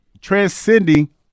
transcending